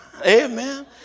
amen